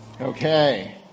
Okay